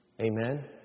Amen